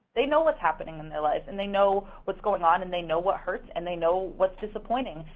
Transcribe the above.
they know what's happening in their life and they know what's going on and they know what hurts and they know what's disappointing.